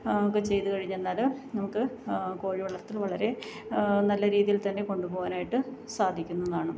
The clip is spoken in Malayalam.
ഒക്കെ ചെയ്തുകഴിഞ്ഞെന്നാൽ നമുക്ക് കോഴി വളര്ത്തല് വളരെ നല്ല രീതിയില്ത്തന്നെ കൊണ്ടുപോവാനായിട്ട് സാധിക്കുന്നതാണ്